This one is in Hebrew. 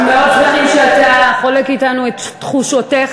אנחנו מאוד שמחים שאתה חולק אתנו את תחושותיך,